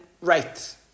right